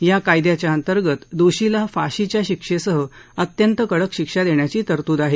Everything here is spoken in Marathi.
या कायद्याअंतर्गत दोषीला फाशीच्या शिक्षेसह अत्यंत कडक शिक्षा देण्याची तरतूद आहे